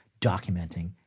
documenting